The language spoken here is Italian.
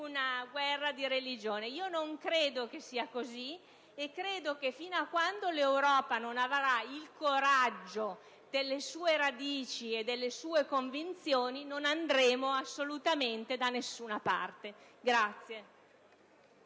una guerra di religione. Non credo che sia così, e credo che, fino a quando l'Europa non avrà il coraggio delle sue radici e delle sue convinzioni, non andremo assolutamente da nessuna parte.